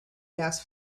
gas